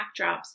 backdrops